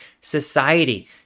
society